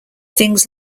things